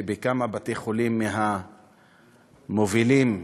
ובכמה בתי-חולים מהמובילים בארץ,